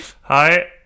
Hi